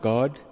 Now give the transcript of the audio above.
God